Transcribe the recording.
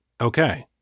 Okay